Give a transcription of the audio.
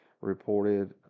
reported